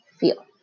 feel